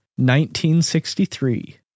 1963